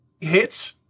hits